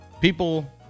people